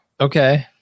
Okay